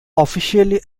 officially